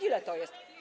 Ile to jest?